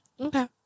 Okay